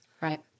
Right